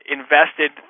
invested